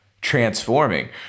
transforming